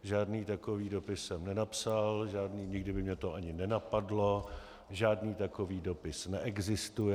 Žádný takový dopis jsem nenapsal, nikdy by mě to ani nenapadlo, žádný takový dopis neexistuje.